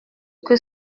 que